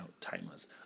timeless